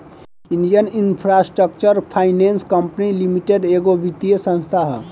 Indian infrastructure finance company limited एगो वित्तीय संस्था ह